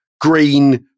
green